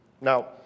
Now